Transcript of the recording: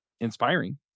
inspiring